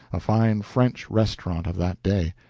a fine french restaurant of that day.